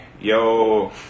yo